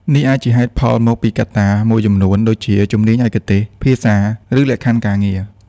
នេះអាចជាហេតុផលមកពីកត្តាមួយចំនួនដូចជា ជំនាញឯកទេស ភាសា ឬលក្ខខណ្ឌការងារ។